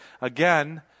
Again